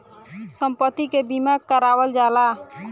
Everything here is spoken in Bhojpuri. सम्पति के बीमा करावल जाला